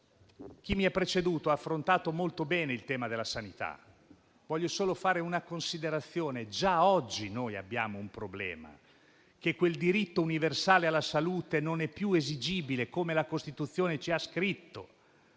Chi mi ha preceduto ha affrontato molto bene il tema della sanità. Voglio solo fare una considerazione: già oggi abbiamo un problema, ovvero che quel diritto universale alla salute non è più esigibile com'è scritto